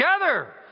together